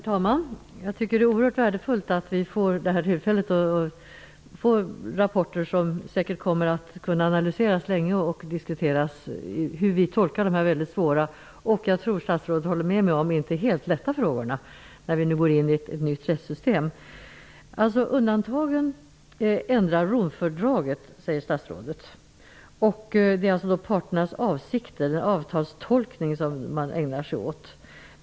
Herr talman! Jag tycker att det är värdefullt att vi vid det här tillfället har fått rapporter, som säkert kommer att kunna analyseras och diskuteras länge, om hur de här mycket svåra sakerna tolkas. Jag tror att statsrådet håller med mig om att de frågor som aktualiseras när vi nu går in i ett nytt rättsystem inte är helt lätta. Undantagen ändrar Romfördraget, sade statsrådet. Det är alltså avtalstolkning, tolkning av parternas avsikter, som man ägnar sig åt i domstolen.